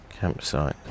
campsite